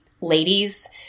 ladies